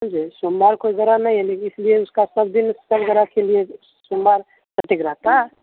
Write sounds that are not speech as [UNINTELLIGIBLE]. समझे सोमवार कोई गरा नही है लेकिन इसलिए उसका [UNINTELLIGIBLE] के लिये सोमवार [UNINTELLIGIBLE] रहता हे